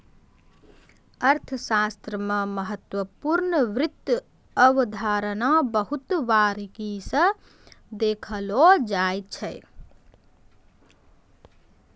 अर्थशास्त्र मे महत्वपूर्ण वित्त अवधारणा बहुत बारीकी स देखलो जाय छै